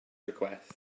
request